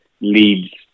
leads